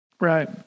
Right